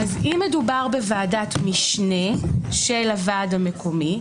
אם מדובר בוועדת משנה של הוועד המקומי,